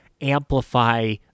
amplify